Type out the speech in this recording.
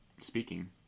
Speaking